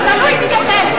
תלוי מי נותן.